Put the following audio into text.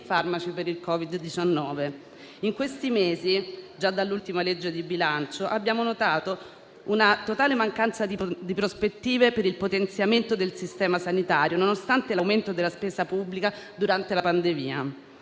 In questi mesi, già dall'ultima legge di bilancio, abbiamo notato una totale mancanza di prospettive per il potenziamento del sistema sanitario nonostante l'aumento della spesa pubblica durante la pandemia.